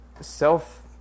self